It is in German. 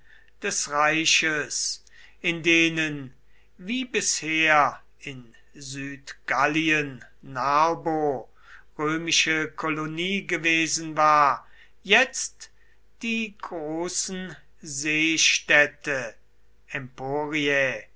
des reiches in denen wie bisher in südgallien narbo römische kolonie gewesen war jetzt die großen seestädte emporiae